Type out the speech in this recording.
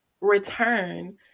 return